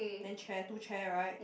then chair two chair right